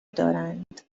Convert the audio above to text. دارند